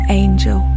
angel